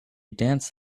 danced